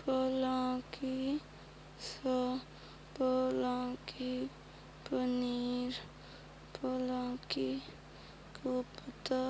पलांकी सँ पलांकी पनीर, पलांकी कोपता